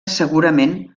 segurament